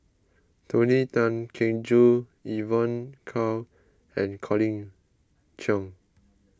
Tony Tan Keng Joo Evon Kow and Colin Cheong